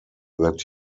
that